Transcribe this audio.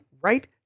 right